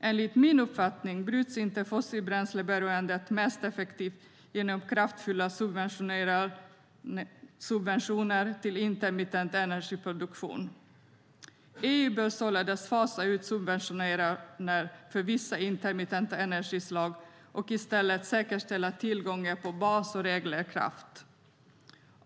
Enligt min uppfattning bryts inte fossilbränsleberoendet mest effektivt genom kraftfulla subventioner till intermittent energiproduktion. EU bör således fasa ut subventioner för vissa intermittenta energislag och i stället säkerställa tillgången på bas och reglerkraft.